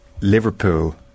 Liverpool